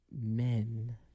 Men